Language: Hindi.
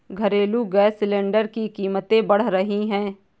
घरेलू गैस सिलेंडर की कीमतें बढ़ रही है